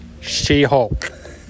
She-Hulk